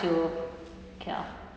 to hell